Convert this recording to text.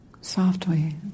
softly